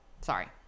Sorry